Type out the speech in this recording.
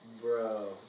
Bro